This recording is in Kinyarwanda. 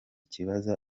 kibazo